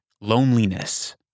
loneliness